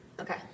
Okay